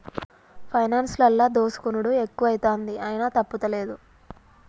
పైనాన్సులల్ల దోసుకునుడు ఎక్కువైతంది, అయినా తప్పుతలేదు